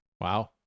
Wow